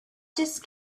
just